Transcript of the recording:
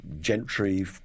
gentry